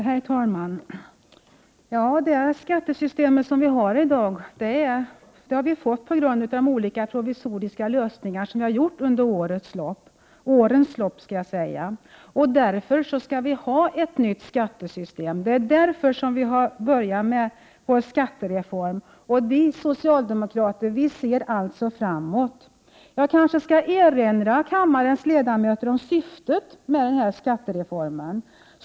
Herr talman! Det skattesystem som vi har i dag har vi fått på grund av de olika provisoriska lösningar som har gjorts under årens lopp. Därför skall vi ha ett nytt skattesystem. Det är därför vi har börjat vår skattereform. Vi socialdemokrater ser alltså framåt. Jag kanske skall erinra kammarens ledamöter om syftet med skattereformen.